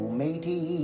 matey